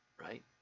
right